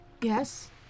Yes